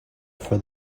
for